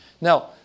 Now